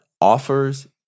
offers